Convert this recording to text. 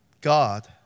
God